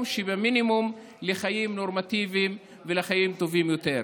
שבמינימום לחיים נורמטיביים ולחיים טובים יותר.